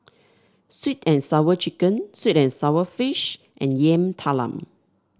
sweet and Sour Chicken sweet and sour fish and Yam Talam